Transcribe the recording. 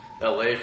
LA